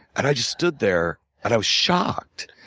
and i just stood there and i was shocked.